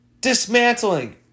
Dismantling